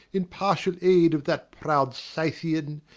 in partial aid of that proud scythian,